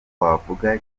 wavuga